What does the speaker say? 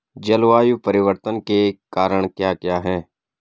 जलवायु परिवर्तन के कारण क्या क्या हैं?